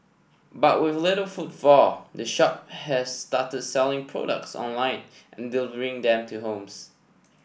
but with little footfall the shop has started selling products online and delivering them to homes